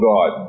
God